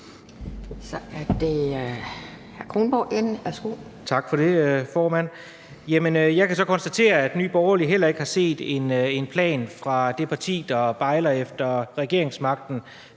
Jeg kan så konstatere, at Nye Borgerlige heller ikke har set en plan fra det parti, der bejler efter regeringsmagten.